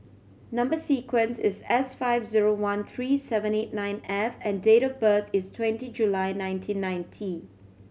number sequence is S five zero one three seven eight nine F and date of birth is twenty July nineteen ninety